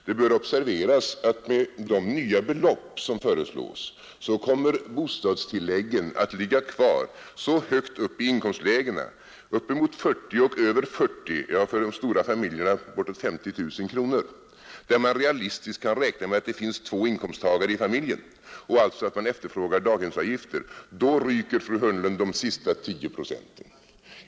Det bör observeras att med de nya belopp som föreslås kommer bostadstilläggen att ligga kvar så högt upp i inkomstlägena som 40 000 kronor och ända upp till 50 000 kronor i de stora familjerna. Där kan man realistiskt räkna med att det finns två inkomsttagare i familjen och att den alltså efterfrågar daghemsplatser. Då ryker, fru Hörnlund, de sista 10 procenten.